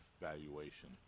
valuation